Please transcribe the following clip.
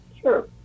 Sure